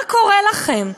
מה קורה לכם?